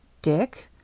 Dick